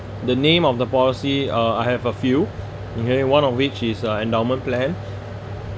the name of the policy uh I have a few okay one of which is a endowment plan